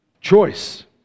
choice